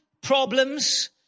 problems